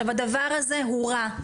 הדבר הזה הוא רע.